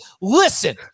listen